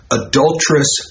adulterous